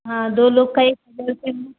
हाँ दो लोग का एक हज़ार रुपये में